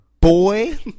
Boy